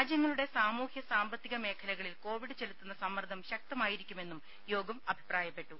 രാജ്യങ്ങളുടെ സാമൂഹ്യ സാമ്പത്തിക മേഖലകളിൽ കോവിഡ് ചെലുത്തുന്ന സമ്മർദ്ദം ശക്തമായിരിക്കുമെന്നും യോഗം അഭിപ്രായപ്പെട്ടു